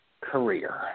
career